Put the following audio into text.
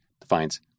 defines